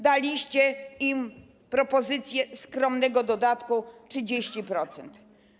Daliście im propozycję skromnego dodatku 30%.